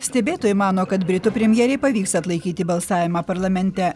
stebėtojai mano kad britų premjerei pavyks atlaikyti balsavimą parlamente